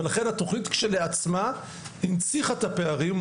ולכן התכנית כשלעצמה הנציחה את הפערים,